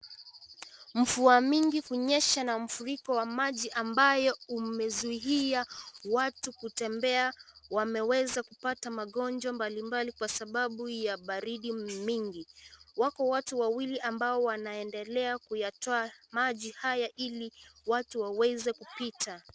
Mvua mingi kunyesha na kuna mfuriko ya maji ambayo umezuia watu kutembea. Wameweza kupata magonjwa mbalimbali kwa sababu ya baridi mingi. Wako watu wawili ambao wanaendelea kuyatoa maji haya Ili watu waweze kupita.